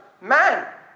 man